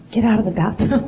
get out of the bathtub.